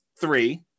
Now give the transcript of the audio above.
three